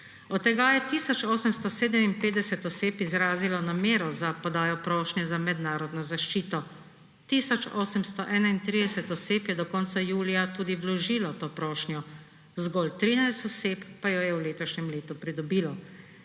Od tega je tisoč 857 oseb izrazilo namero za podajo prošnje za mednarodno zaščito. Tisoč 831 oseb je do konca julija tudi vložilo to prošnjo, zgolj 13 oseb pa jo je v letošnjem letu pridobilo.